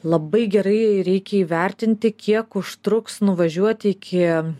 labai gerai reikia įvertinti kiek užtruks nuvažiuot iki